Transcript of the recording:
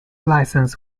license